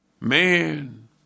Man